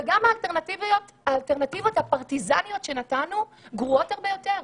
וגם האלטרנטיבות הפרטיזניות שנתנו גרועות הרבה יותר.